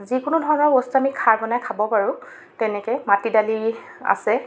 যিকোনো ধৰণৰ বস্তু আমি খাৰ বনাই খাব পাৰো তেনেকৈ মাটিদালি আছে